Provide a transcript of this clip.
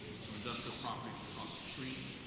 so industrial properties across the street,